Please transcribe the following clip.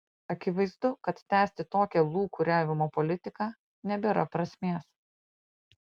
akivaizdu kad tęsti tokią lūkuriavimo politiką nebėra prasmės